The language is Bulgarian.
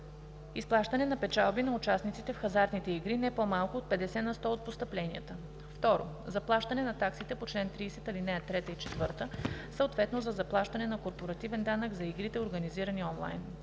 изплащане на печалби на участниците в хазартните игри – не по-малко от 50 на сто от постъпленията; 2. заплащане на таксите по чл. 30, ал. 3 и 4, съответно за заплащане на корпоративен данък за игрите, организирани онлайн;